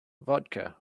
vodka